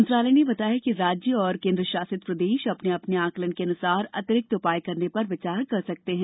मंत्रालय ने बताया कि राज्य और केन्द्र शासित प्रदेश अपने अपने आंकलन के अनुसार अतिरिक्त उपाय करने पर विचार कर सकते हैं